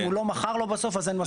אם הוא לא מכר לו בסוף אז אין עסקה.